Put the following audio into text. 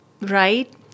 right